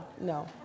no